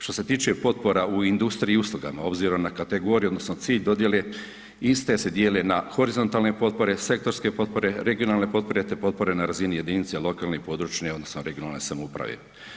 Što se tiče potpora u industriji i uslugama, obzirom na kategorije odnosno cilj dodjele iste se dijele na horizontalne potpore, sektorske potpore, regionalne potpore te potpore na razini jedinice lokalne i područje odnosno regionalne samouprave.